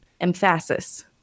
Emphasis